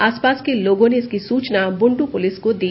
आसपास के लोगो ने इसकी सूचना बुंडू पुलिस को दी